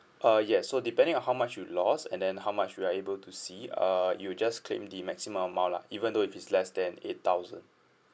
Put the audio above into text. uh yes so depending on how much you lost and then how much we are able to see err you'll just claim the maximum amount lah even though if it's less than eight thousand